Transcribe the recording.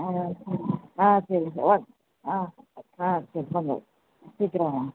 ஆ ஆ சரி sir one ஆ ஆ செக் பண்ணோம் சீக்கிரம் வாங்க